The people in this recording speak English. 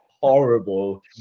horrible